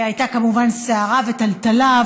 היו כמובן סערה וטלטלה,